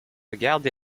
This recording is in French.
lagarde